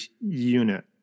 unit